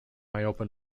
open